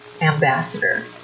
ambassador